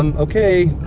um okay.